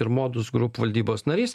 ir modus group valdybos narys